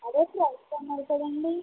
అదే చేస్తాను అన్నారు కదండి